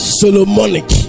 solomonic